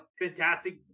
fantastic